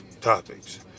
topics